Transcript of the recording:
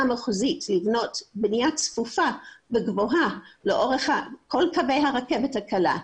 המחוזית לבנות בנייה צפופה וגבוהה לאורך כל קווי הרכבת הקלה,